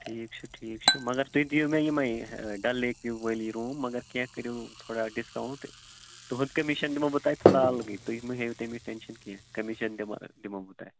ٹھیٖک چھُ ٹھیٖک چھُ مگر تُہۍ دِیِو مےٚ یِمے ڈَل لیک وِو وٲلی روٗم مگر کیٚنٛہہ کٔرِو تھوڑا ڈِسکاوُنٛٹ تُہُنٛد کٔمِشن دِمو بہٕ تۄہہِ تھوڑا اَلگٕے تُہۍ مہٕ ہییو تمیُک ٹٮ۪نشَن کیٚنٛہہ کٔمشن دِمو دِمو بہٕ تۄہہِ